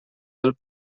del